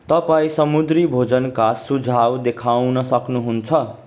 तपाईँ समुद्री भोजनका सुझाउ देखाउन सक्नुहुन्छ